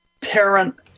parent